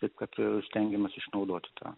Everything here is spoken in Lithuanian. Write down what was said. taip kad stengiamės išnaudoti tą